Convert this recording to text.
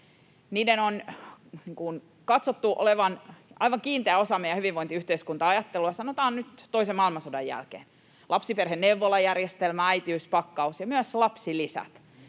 Niiden on katsottu olevan aivan kiinteä osa meidän hyvinvointiyhteiskunta-ajattelua, sanotaan, nyt toisen maailmansodan jälkeen: lapsiperheneuvolajärjestelmä, äitiyspakkaus ja myös lapsilisät.